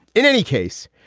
in any case,